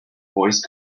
voice